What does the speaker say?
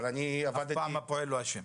אף פעם הפועל לא אשם.